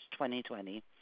2020